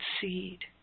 seed